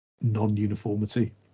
non-uniformity